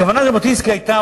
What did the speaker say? הכוונה של ז'בוטינסקי היתה,